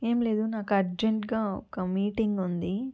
ఏం లేదు నాకు అర్జెంటుగా ఒక మీటింగ్ ఉంది